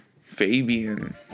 Fabian